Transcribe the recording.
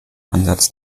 ansatz